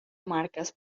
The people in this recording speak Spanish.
marcas